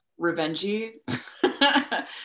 revengey